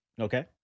Okay